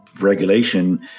regulation